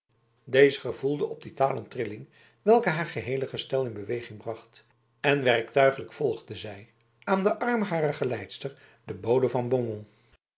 deze gevoelde op die taal een trilling welke haar geheele gestel in beweging bracht en werktuiglijk volgde zij aan den arm harer geleidster den bode van beaumont